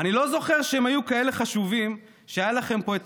אני לא זוכר שהם היו כאלה חשובים כשהיה לכם פה את